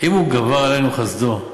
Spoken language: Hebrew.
אם גבר עלינו חסדו,